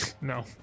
No